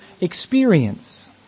experience